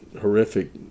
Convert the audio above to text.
horrific